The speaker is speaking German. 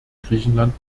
griechenland